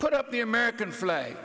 put up the american flag